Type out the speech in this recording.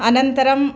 अनन्तरं